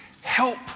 Help